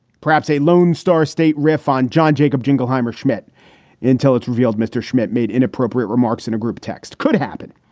perhaps a lone star state riff on john jacob jingleheimer schmidt until it's revealed mr schmidt made inappropriate remarks in a group text could happen.